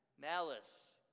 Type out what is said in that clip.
malice